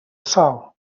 sol